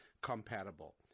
compatible